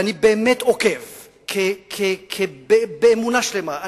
אני באמת עוקב באמונה שלמה,